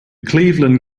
cleveland